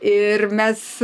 ir mes